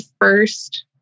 first